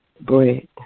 bread